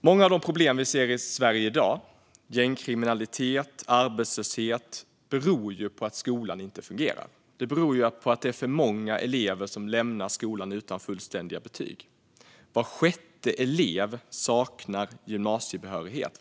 Många av de problem vi ser i Sverige i dag - gängkriminalitet, arbetslöshet - beror på att skolan inte fungerar. Alltför många elever lämnar skolan utan fullständiga betyg. Var sjätte elev saknar gymnasiebehörighet.